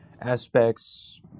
aspects